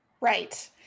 right